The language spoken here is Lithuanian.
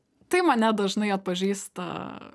tai mane dažnai atpažįsta